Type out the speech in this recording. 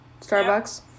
Starbucks